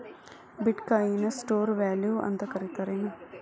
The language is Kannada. ಬಿಟ್ ಕಾಯಿನ್ ನ ಸ್ಟೋರ್ ವ್ಯಾಲ್ಯೂ ಅಂತ ಕರಿತಾರೆನ್